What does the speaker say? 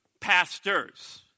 pastors